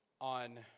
On